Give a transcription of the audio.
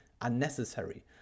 unnecessary